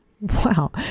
Wow